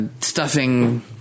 stuffing